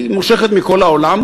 היא מושכת מכל העולם,